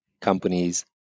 companies